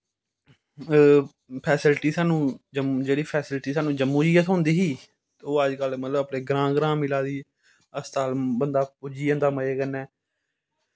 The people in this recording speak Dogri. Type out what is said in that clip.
फैसलिटी साह्नू जेह्ॅड़ी फैसलिटी स्हानू जम्मू जाइयै थ्होंदी ही ओह् अजकल मतलव ग्रांऽ ग्रांऽ मिला दी हस्पताल बंदा पुज्जी जंदा मज़े कन्नै